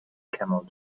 camel